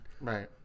Right